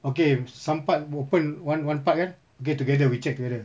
okay some part open one one part kan okay together we check together